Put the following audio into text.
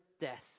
death